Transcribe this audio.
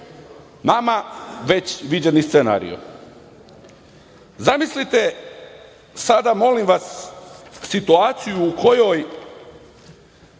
Nama već viđeni scenario. Zamislite, sada molim vas situaciju u kojoj